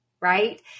right